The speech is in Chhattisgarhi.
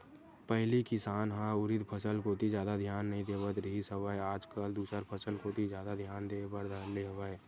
पहिली किसान ह उरिद फसल कोती जादा धियान नइ देवत रिहिस हवय आज कल दूसर फसल कोती जादा धियान देय बर धर ले हवय